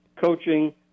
coaching